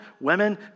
Women